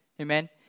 Amen